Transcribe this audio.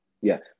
yes